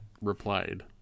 replied